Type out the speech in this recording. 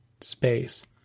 space